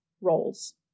roles